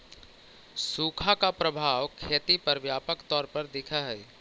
सुखा का प्रभाव खेती पर व्यापक तौर पर दिखअ हई